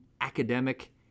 academic